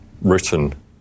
written